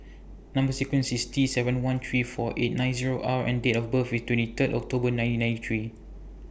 Number sequence IS T seven one three four eight nine Zero R and Date of birth IS twenty Third October nineteen ninety three